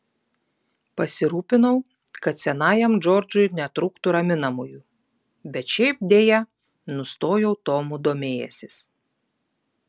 pasirūpinau kad senajam džordžui netrūktų raminamųjų bet šiaip deja nustojau tomu domėjęsis